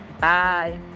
bye